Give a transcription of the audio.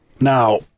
Now